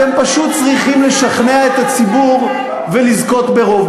אתם פשוט צריכים לשכנע את הציבור ולזכות ברוב.